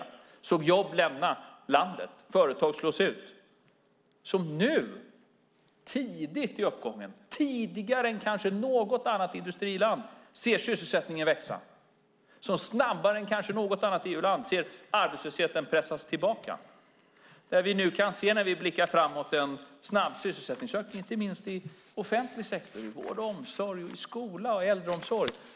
Vi såg jobb lämna landet och företag slås ut. Men nu, tidigt i uppgången, tidigare än kanske något annat industriland, ser vi sysselsättningen växa. Snabbare än kanske något annat EU-land ser vi arbetslösheten pressas tillbaka. När vi nu blickar framåt kan vi se en snabb sysselsättningsökning inte minst i offentlig sektor, i vård och omsorg, i skola och äldreomsorg.